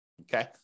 Okay